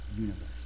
universe